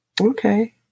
Okay